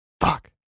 fuck